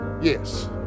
yes